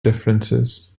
differences